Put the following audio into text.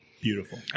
beautiful